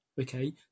okay